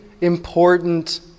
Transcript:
important